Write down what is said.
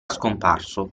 scomparso